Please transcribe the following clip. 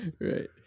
right